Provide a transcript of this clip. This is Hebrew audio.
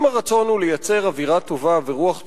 אם הרצון הוא לייצר אווירה טובה ורוח טובה,